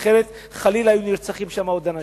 אחרת חלילה היו נרצחים שם עוד אנשים.